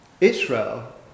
Israel